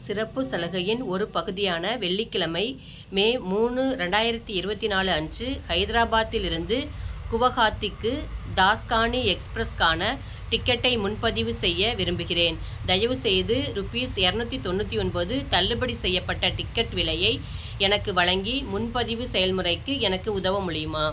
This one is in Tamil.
சிறப்புச் சலுகையின் ஒரு பகுதியாக வெள்ளிக்கிழமை மே மூணு ரெண்டாயிரத்தி இருபத்தி நாலு அன்று ஹைதராபாத்திலிருந்து குவஹாத்திக்கு தாஸ்கானி எக்ஸ்பிரஸ்ஸுக்கான டிக்கெட்டை முன்பதிவு செய்ய விரும்புகிறேன் தயவு செய்து ருபீஸ் எரநூற்றி தொண்ணூற்றி ஒன்பது தள்ளுபடி செய்யப்பட்ட டிக்கெட் விலையை எனக்கு வழங்கி முன்பதிவு செயல்முறைக்கு எனக்கு உதவ முடியுமா